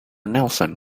nelson